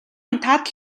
унтаад